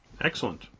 Excellent